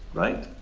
right?